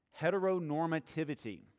Heteronormativity